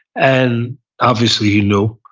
and obviously he knew,